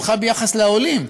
או בכלל ביחס לעולים,